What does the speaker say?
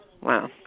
Wow